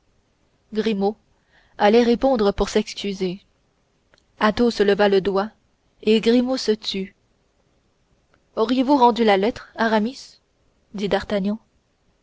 grimaud allait répondre pour s'excuser athos leva le doigt et grimaud se tut auriez-vous rendu la lettre aramis dit d'artagnan